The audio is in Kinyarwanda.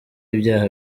ibyaha